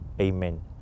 amen